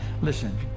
Listen